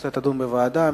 הנושא יידון בוועדה,